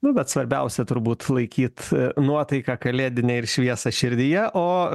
nu bet svarbiausia turbūt laikyt nuotaiką kalėdinę ir šviesą širdyje o